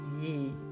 ye